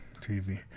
TV